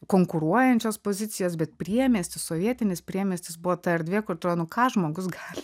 konkuruojančios pozicijos bet priemiestis sovietinis priemiestis buvo ta erdvė kur atro nu ką žmogus gali